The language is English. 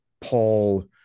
Paul